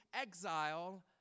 exile